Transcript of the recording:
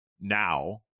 now